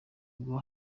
bwo